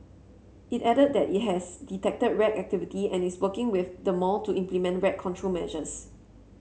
it added that it has detected rat activity and is working with the mall to implement rat control measures